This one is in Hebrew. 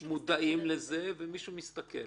מודעים לזה ומישהו מסתכל